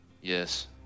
Yes